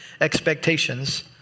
expectations